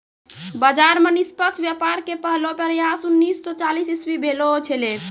बाजार मे निष्पक्ष व्यापार के पहलो प्रयास उन्नीस सो चालीस इसवी भेलो छेलै